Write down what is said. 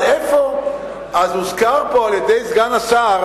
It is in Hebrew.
אז הוזכר פה על-ידי סגן השר